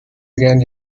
again